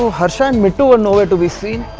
harsha and mittu were nowhere to be seen.